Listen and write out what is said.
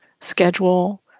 schedule